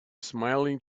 smiling